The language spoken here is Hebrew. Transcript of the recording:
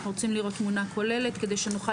אנחנו רוצים לראות תמונה כוללת כדי שנוכל